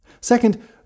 Second